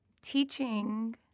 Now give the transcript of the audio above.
teaching